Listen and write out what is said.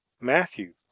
matthew